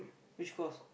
which course